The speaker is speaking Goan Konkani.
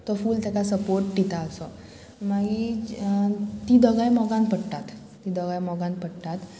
तो फूल तेका सपोर्ट दिता असो मागीर तीं दोगांय मोगान पडटात तीं दोगांय मोगान पडटात